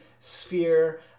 sphere